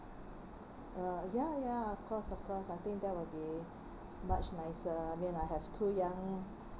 uh ya ya of course of course I think that would be much nicer I mean I have two young